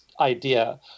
idea